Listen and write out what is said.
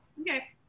okay